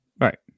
Right